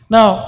Now